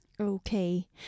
Okay